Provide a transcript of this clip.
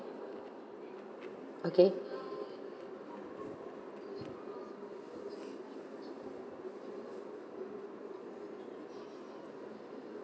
okay